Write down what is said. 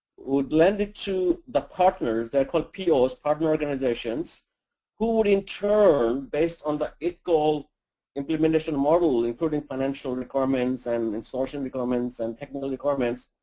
would lend it to the partners. they are called pos, partner organizations who would in turn, based on the idcol implementation modeling, including financial requirements and instruction requirements and technical requirements,